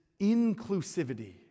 inclusivity